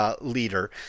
leader